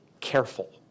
careful